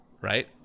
right